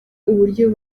uburyo